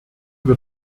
wird